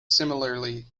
similarly